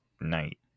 night